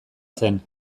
zen